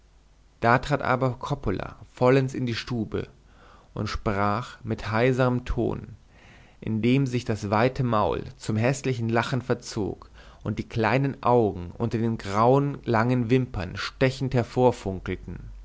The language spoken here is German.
da trat aber coppola vollends in die stube und sprach mit heiserem ton indem sich das weite maul zum häßlichen lachen verzog und die kleinen augen unter den grauen langen wimpern stechend